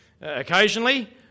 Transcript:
occasionally